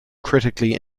critically